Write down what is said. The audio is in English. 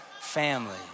family